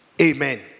Amen